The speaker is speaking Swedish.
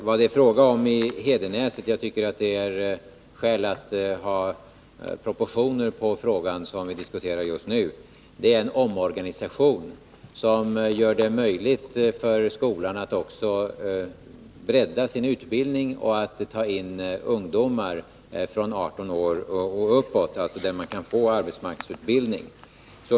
Vad det är fråga om i Hedenäset — jag tycker det är skäl att vi har de riktiga proportionerna på den fråga som vi diskuterar just nu klara för oss — är en omorganisation som gör det möjligt för skolan att också bredda sin utbildning och att ta in ungdomar från 18 års ålder och uppåt, alltså sådana ungdomar som kan få arbetsmarknadsutbildning.